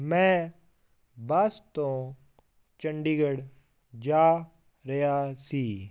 ਮੈਂ ਬੱਸ ਤੋਂ ਚੰਡੀਗੜ੍ਹ ਜਾ ਰਿਹਾ ਸੀ